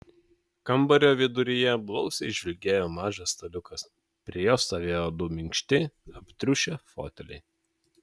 kambario viduryje blausiai žvilgėjo mažas staliukas prie jo stovėjo du minkšti aptriušę foteliai